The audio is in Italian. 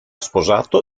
sposato